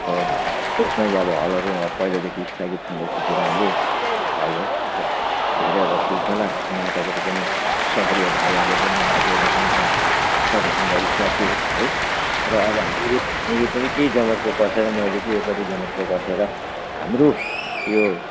अब त्यसमा अहिले अब हलहरू पहिलादेखि स्तगित छँदै छ त्यो राम्रो हल हो र धेरैवटा ठुल्ठुला नाटकहरू पनि सहरीया भाइहरूले पनि दाजुहरूले पनि त्यहाँ प्रदर्शन गरिसक्यो है र अब हामीले पनि केही जमर्को कसेर मैले चाहिँ यो पालि जमर्को कसेर हाम्रो यो